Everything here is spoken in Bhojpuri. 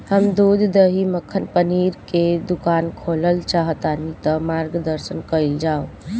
हम दूध दही मक्खन पनीर के दुकान खोलल चाहतानी ता मार्गदर्शन कइल जाव?